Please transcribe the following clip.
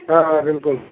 آ بِلکُل